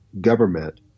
government